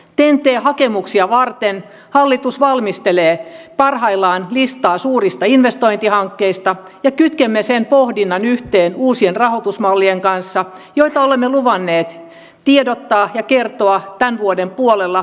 ten t hakemuksia varten hallitus valmistelee parhaillaan listaa suurista investointihankkeista ja kytkemme sen pohdinnan yhteen uusien rahoitusmallien kanssa joista olemme luvanneet tiedottaa ja kertoa tämän vuoden puolella joulukuun aikana